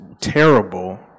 terrible